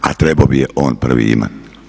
A trebao bi je on prvi imati.